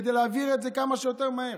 כדי להעביר את זה כמה שיותר מהר,